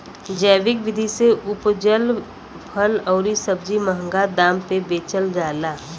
जैविक विधि से उपजल फल अउरी सब्जी महंगा दाम पे बेचल जाला